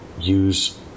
use